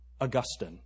Augustine